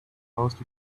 most